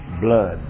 blood